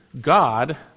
God